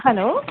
hello